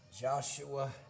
Joshua